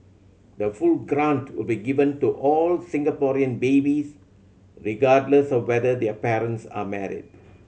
the full grant will be given to all Singaporean babies regardless of whether their parents are married